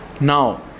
now